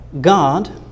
God